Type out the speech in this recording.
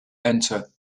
enter